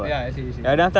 ya H_U_D_C